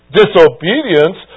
disobedience